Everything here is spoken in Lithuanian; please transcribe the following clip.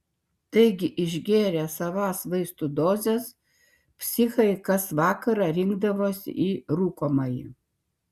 taigi išgėrę savas vaistų dozes psichai kas vakarą rinkdavosi į rūkomąjį